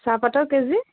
চাহপাতৰ কেজি